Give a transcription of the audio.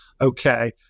Okay